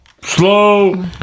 slow